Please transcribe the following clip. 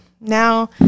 Now